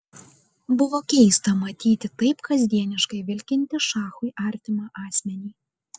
buvo keista matyti taip kasdieniškai vilkintį šachui artimą asmenį